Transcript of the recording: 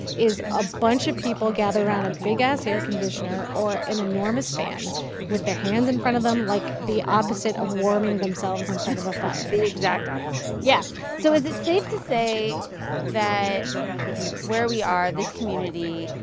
is a bunch of people gather around a big-ass air conditioner or an enormous fan with their hands in front of them like the opposite of warming themselves in front of a fire the exact opposite yeah so is it safe to say that where we are, this community,